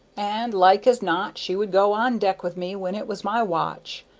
and like as not she would go on deck with me when it was my watch.